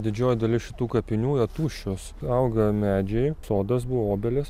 didžioji dalis šitų kapinių yra tuščios auga medžiai sodas buvo obelys